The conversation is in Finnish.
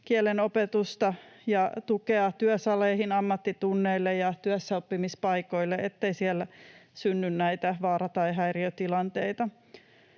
kielenä -opetusta ja tukea työsaleihin ammattitunneille ja työssäoppimispaikoille, ettei siellä synny näitä vaara- tai häiriötilanteita.